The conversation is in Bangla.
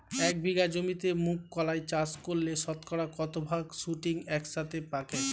এক বিঘা জমিতে মুঘ কলাই চাষ করলে শতকরা কত ভাগ শুটিং একসাথে পাকে?